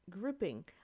grouping